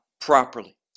properly